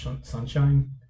Sunshine